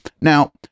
now